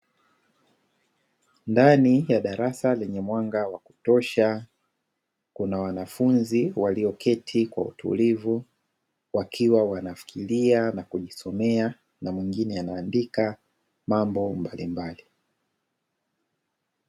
Ndani ya darasa lenye mwanga wa kutosha kuna wanafunzi walioketi kwa utulivu wakiwa wanafikiria na kujisomea na mwingine anaandika mambo mbalimbali.